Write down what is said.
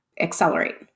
accelerate